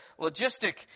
logistic